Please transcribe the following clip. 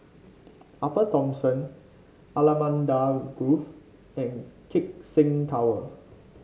Upper Thomson Allamanda Grove and Keck Seng Tower